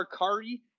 Arcari